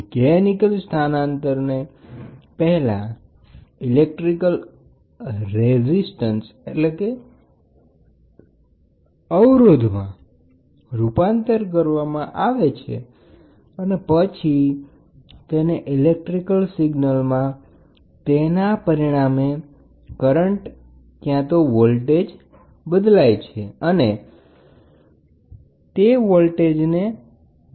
mechanical સ્થાનાંતરને પહેલા electrical અવરોધમાં રૂપાંતર કરવામાં આવે છે અને પછી તેને ઈલેક્ટ્રિકલ સિગ્નલમાં તેના પરિણામે કરંટ અથવા વોલ્ટેજમાં બદલાય છે જેને તમે માપવાનો પ્રયાસ કરો છો